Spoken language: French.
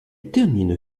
termine